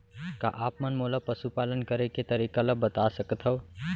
का आप मन मोला पशुपालन करे के तरीका ल बता सकथव?